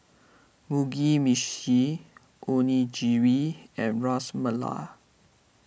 Mugi Meshi Onigiri and Ras Malai